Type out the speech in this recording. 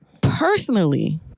personally